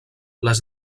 les